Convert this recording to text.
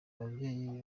ababyeyi